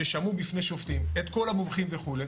ששמעו בפני שופטים את כל המומחים וכולי,